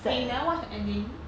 eh you never watch the ending